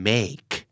Make